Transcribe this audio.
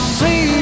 see